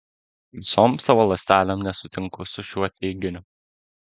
visom savo ląstelėm nesutinku su šiuo teiginiu